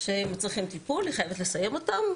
שהם צריכים טיפול, היא חייבת לסיים אותם.